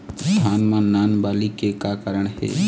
धान म नान बाली के का कारण हे?